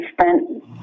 spent